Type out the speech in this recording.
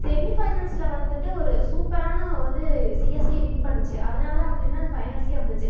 semi பைனல்ஸில் வந்துவிட்டு ஒரு சூப்பரான வந்து சிஎஸ்கே வின் பண்ணுச்சு அதனால் தான் வந்துட்டு என்னன்னா அது பைனல்ஸ்கே வந்துச்சு